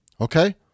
okay